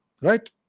right